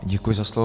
Děkuji za slovo.